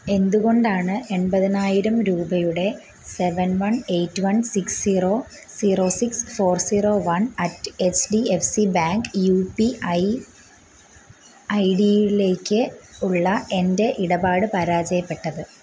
എന്തുകൊണ്ടാണ് എൺപതിനായിരം രൂപയുടെ seven one eight one six zero zero six four zero one at H D F C bank U P I I ഡിയിലേക്ക് ഉള്ള എൻ്റെ ഇടപാട് പരാജയപ്പെട്ടത്